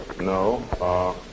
No